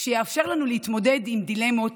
שיאפשר לנו להתמודד עם דילמות,